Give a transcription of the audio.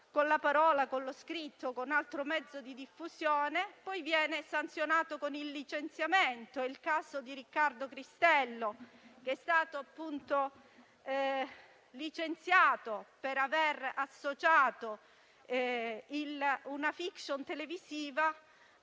con la parola, con lo scritto o con altro mezzo di diffusione poi viene sanzionato con il licenziamento. È il caso di Riccardo Cristello, licenziato per aver associato la trama di una *fiction* televisiva